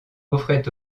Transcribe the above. offrait